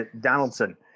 Donaldson